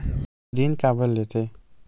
ऋण काबर लेथे?